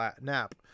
nap